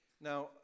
Now